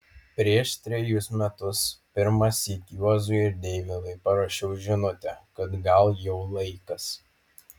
prieš trejus metus pirmąsyk juozui ir deivydui parašiau žinutę kad gal jau laikas